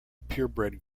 purebred